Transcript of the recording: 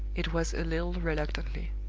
it was a little reluctantly.